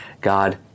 God